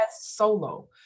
solo